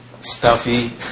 stuffy